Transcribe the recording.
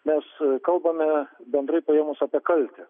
mes kalbame bendrai paėmus apie kaltę